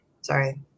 Sorry